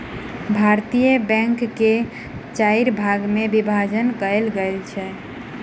भारतीय बैंक के चाइर भाग मे विभाजन कयल गेल अछि